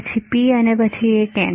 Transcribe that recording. એક P પછી એક N